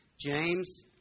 James